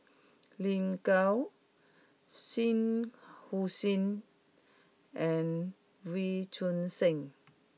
Lin Gao Shah Hussain and Wee Choon Seng